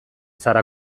zara